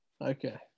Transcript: okay